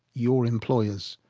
your employers.